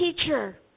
teacher